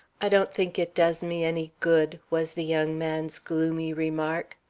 i don't think it does me any good, was the young man's gloomy remark.